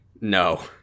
No